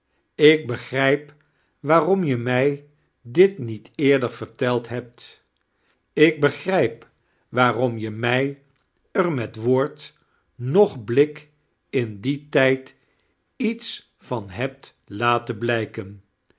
ik begrijp waarom je mij dit niet eexder verteld habt ik begrijp waarorn je mij er met wootrd nioch hlrik in dien tqd iete van hebt laton blijken